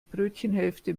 brötchenhälfte